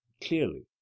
clearly